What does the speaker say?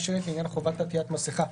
בלי שתלה שלט לעניין חובת עטיית מסכה,